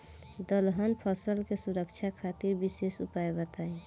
दलहन फसल के सुरक्षा खातिर विशेष उपाय बताई?